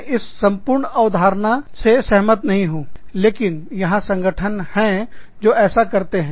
मैं इस संपूर्ण अवधारणा विचार से सहमत नहीं हूँ लेकिन यहां संगठन है जो ऐसा करते है